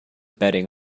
betting